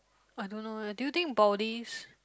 I don't know eh do you think baldy's